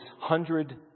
hundred